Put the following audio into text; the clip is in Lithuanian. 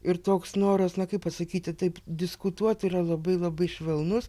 ir toks noras na kaip pasakyti taip diskutuot yra labai labai švelnus